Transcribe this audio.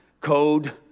code